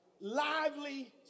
lively